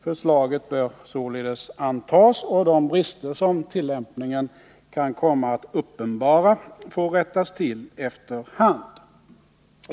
Förslaget bör således antas, och de brister som tillämpningen kan komma att uppenbara får rättas till efter hand.